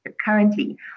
currently